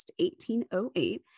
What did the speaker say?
1808